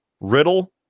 riddle